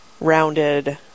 rounded